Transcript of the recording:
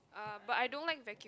uh but I don't like vacuum